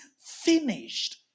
finished